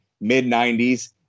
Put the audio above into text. mid-90s